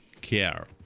care